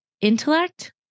intellect